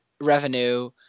revenue